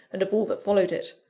and of all that followed it.